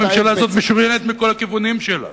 הממשלה הזאת משוריינת מכל הכיוונים שלה,